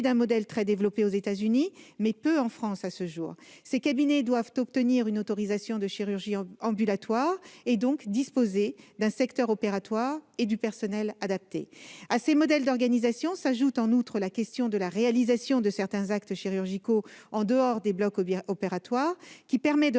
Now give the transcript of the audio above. Ce modèle est très développé aux États-Unis, mais peu en France à ce jour. Ces cabinets doivent obtenir une autorisation de chirurgie ambulatoire et donc disposer d'un secteur opératoire et du personnel adapté. En outre se pose la question de la réalisation de certains actes chirurgicaux en dehors des blocs opératoires, ce qui permet de